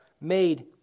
made